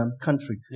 country